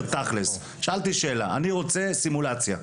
שאלתי שאלה: אני רוצה סימולציה.